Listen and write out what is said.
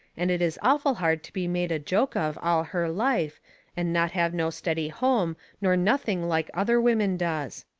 and it is awful hard to be made a joke of all her life and not have no steady home nor nothing like other women does.